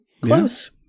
Close